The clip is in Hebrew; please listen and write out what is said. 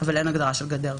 אבל אין כאן הגדרה של גדר.